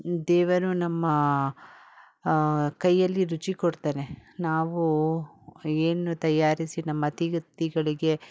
ದೇವರು ನಮ್ಮ ಕೈಯಲ್ಲಿ ರುಚಿ ಕೊಡ್ತಾನೆ ನಾವು ಏನು ತಯಾರಿಸಿ ನಮ್ಮ ಅತಿಥಿಗಳಿಗೆ